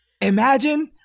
Imagine